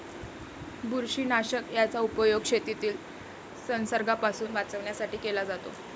बुरशीनाशक याचा उपयोग शेतीला संसर्गापासून वाचवण्यासाठी केला जातो